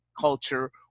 culture